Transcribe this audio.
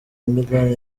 milan